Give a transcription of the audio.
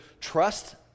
trust